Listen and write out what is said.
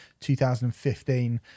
2015